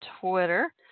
Twitter